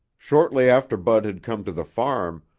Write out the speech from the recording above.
shortly after bud had come to the farm,